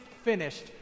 Finished